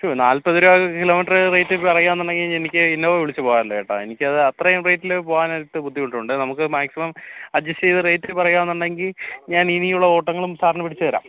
ശോ നാൽപ്പത് രൂപ കിലോമീറ്ററ് റേറ്റ് പറയുകയാണ് എന്ന് ഉണ്ടെങ്കിൽ എനിക്ക് ഇന്നോവ വിളിച്ച് പോകാമല്ലോ ചേട്ടാ എനിക്കത് അത്രയും റേറ്റിൽ പോകാനായിട്ട് ബുദ്ധിമുട്ടുണ്ട് നമുക്ക് മാക്സിമം അജസ്റ്റ് ചെയ്ത് റേറ്റ് പറയുകയാണ് എന്ന് ഉണ്ടെങ്കിൽ ഞാൻ ഇനിയുള്ള ഓട്ടങ്ങളും സാറിന് പിടിച്ച് തരാം